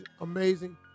amazing